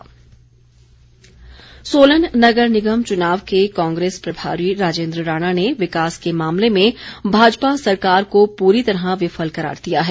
राणा सोलन नगर निगम चुनाव के कांग्रेस प्रभारी राजेन्द्र राणा ने विकास के मामले में भाजपा सरकार को पूरी तरह विफल करार दिया है